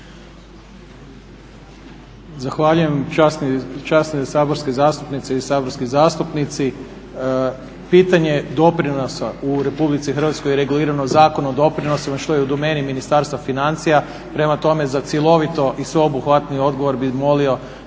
Zahvaljujem časni saborski zastupnice i zastupnici. Pitanje doprinosa u RH je regulirano Zakonom o doprinosima što je u domeni Ministarstva financija. Prema tome, za cjelovit i sveobuhvatni odgovor bi molio